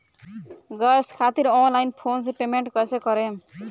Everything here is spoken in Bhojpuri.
गॅस खातिर ऑनलाइन फोन से पेमेंट कैसे करेम?